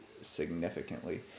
significantly